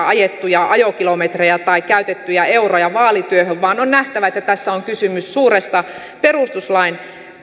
ajettuja ajokilometrejä tai vaalityöhön käytettyjä euroja vaan on nähtävä että tässä on kysymys suuresta perustuslain